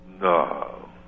No